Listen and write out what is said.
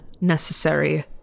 necessary